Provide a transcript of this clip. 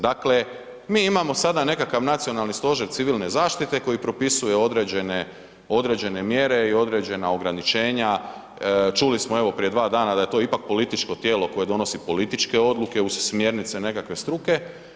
Dakle, mi imamo sada nekakav Nacionalni stožer Civilne zaštite koji propisuje određene mjere i određena ograničenja, čuli smo evo prije 2 dana da je to ipak političko tijelo koje donosi političke odluke uz smjernice nekakve struke.